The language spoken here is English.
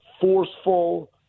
forceful